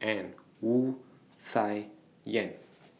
and Wu Tsai Yen